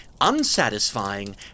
unsatisfying